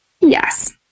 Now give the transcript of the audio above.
Yes